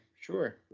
sure